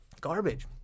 garbage